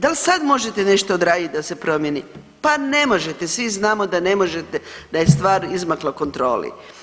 Dal sad možete nešto odradit da se promijeni, pa ne možete, svi znamo da ne možete da je stvar izmakla kontroli.